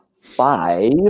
five